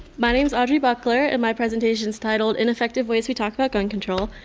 my name is audrey buckler and my presentations titled ineffective ways we talk about gun control.